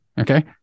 Okay